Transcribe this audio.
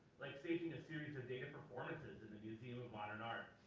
like saving a series of data performances and and museum of modern art,